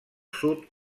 sud